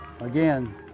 Again